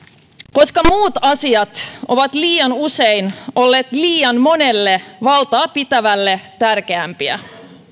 koska muut asiat ovat liian usein olleet liian monelle valtaa pitävälle tärkeämpiä